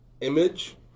image